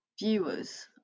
viewers